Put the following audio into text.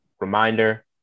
reminder